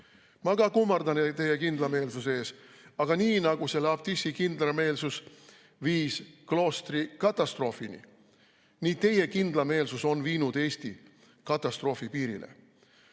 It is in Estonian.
Ma ka kummardan teie kindlameelsuse ees, aga nii nagu selle abtissi kindlameelsus viis kloostri katastroofini, nii on teie kindlameelsus viinud Eesti katastroofi piirile. Leo